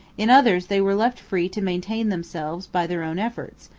in others they were left free to maintain themselves by their own efforts,